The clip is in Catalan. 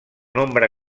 nombre